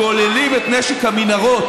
שוללים את נשק המנהרות,